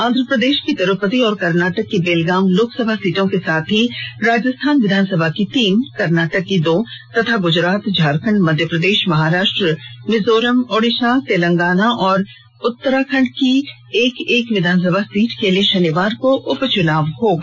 आंध्रप्रदेश की तिरूपति और कर्नाटक की बेलगाम लोकसभा सीटों के साथ ही राजस्थान विधानसभा की तीन कर्नाटक में दो तथा गुजरात झारखंड मध्यप्रदेश महाराष्ट्र मिजोरम ओडिसा तेलंगाना और उत्तराखंड की एक एक विधानसभा सीट के लिए शनिवार को उपचुनाव होगा